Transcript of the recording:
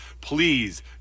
please